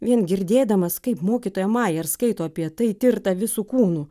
vien girdėdamas kaip mokytoja majer skaito apie tai tirta visu kūnu